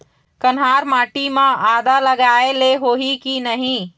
कन्हार माटी म आदा लगाए ले होही की नहीं?